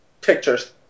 pictures